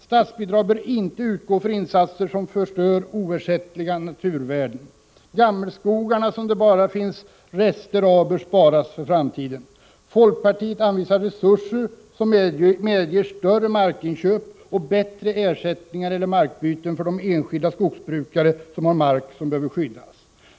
Statsbidrag bör inte utgå för insatser som förstör oersättliga naturvärden. Gammelskogarna, som det bara finns rester av, bör sparas för framtiden. Folkpartiet anvisar resurser som möjliggör större markinköp och bättre ersättningar eller markbyten för de enskilda skogsbrukare som har mark som behöver skyddas.